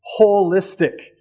holistic